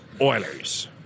Oilers